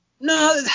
no